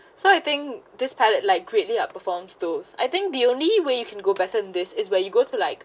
so I think this palette like greatly outperforms those I think the only way you can go better than this is where you go to like